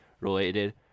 related